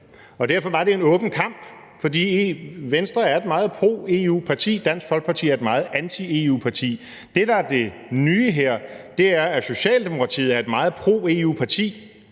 Og derfor var det en åben kamp; for Venstre er et meget pro-EU-parti, mens Dansk Folkeparti er et meget anti-EU-parti. Det, der er det nye her, er, at Socialdemokratiet er et meget pro-EU-parti,